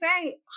say